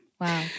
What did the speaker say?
Wow